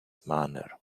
manner